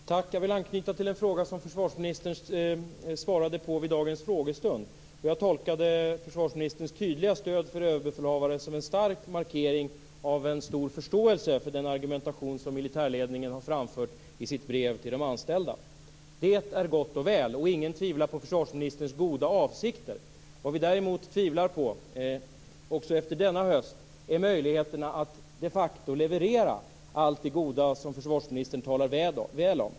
Fru talman! Jag vill anknyta till den fråga försvarsministern svarade på vid dagens frågestund. Jag tolkade försvarsministerns tydliga stöd för överbefälhavaren som en stark markering av en stor förståelse för den argumentation som militärledningen har framfört i sitt brev till de anställda. Det är gott och väl, och ingen tvivlar på försvarsministerns goda avsikter. Vad vi däremot tvivlar på, också efter denna höst, är möjligheterna att de facto leverera allt det goda som försvarsministern talar väl om.